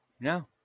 no